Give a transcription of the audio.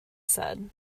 said